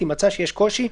אם מצא שיש קושי...,